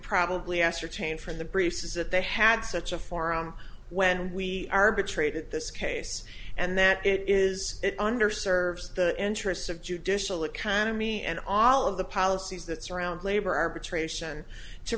probably ascertain from the briefs is that they had such a forum when we arbitrated this case and that it is under serves the interests of judicial economy and all of the policies that surround labor arbitration to